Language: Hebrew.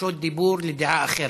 בקשות הדיבור לדעה אחרת.